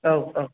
औ औ